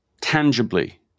tangibly